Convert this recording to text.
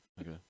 okay